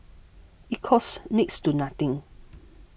it costs next to nothing